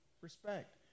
respect